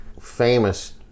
famous